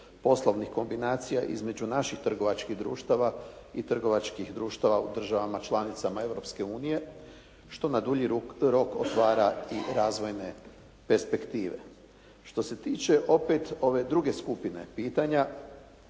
poslovnih kombinacija između naših trgovačkih društava i trgovačkih društava u državama članicama Europske unije, što na dulji rok otvara i razvojne perspektive. Što se tiče opet ove druge skupine pitanja,